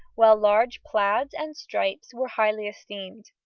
while large plaids and stripes were highly esteemed.